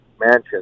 mansion